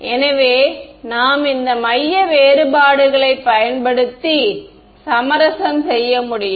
எனவே நாம் இந்த மைய வேறுபாடுகளை பயன்படுத்தி சமரசம் செய்ய முடியும்